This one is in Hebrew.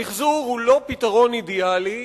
המיחזור הוא לא פתרון אידיאלי,